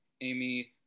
Amy